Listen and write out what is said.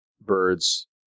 birds